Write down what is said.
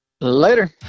later